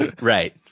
right